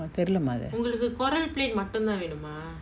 oh தெரிலமா அது:therilama athu